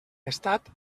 estat